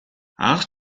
анх